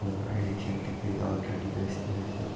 phone addiction تہِ گٔے already ٲسۍتھٕے ٲسِتھ